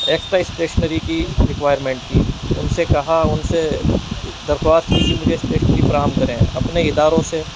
extra stationery کی requirement کی ان سے کہا ان سے درخواست کی کہ اسٹیشنری فراہم کریں اپنے اداروں سے